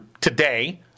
today